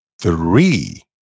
three